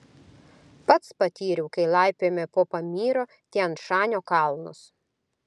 pats patyriau kai laipiojome po pamyro tian šanio kalnus